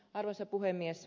arvoisa puhemies